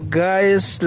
guy's